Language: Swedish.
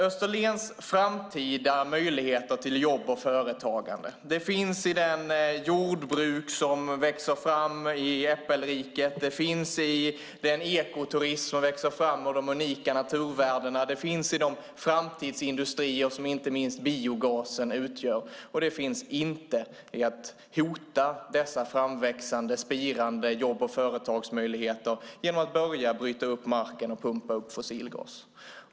Österlens framtida möjligheter till jobb och företagande finns i de jordbruk som växer fram i Äppelriket. Det finns i den ekoturism som växer fram och de unika naturvärdena. Det finns i de framtidsindustrier som inte minst biogasen utgör. Det finns inte i att hota dessa framväxande, spirande företagsmöjligheter genom att börja bryta upp marken och pumpa upp fossilgas.